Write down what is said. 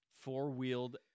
four-wheeled